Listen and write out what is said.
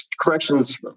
corrections